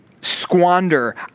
squander